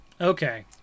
okay